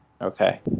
Okay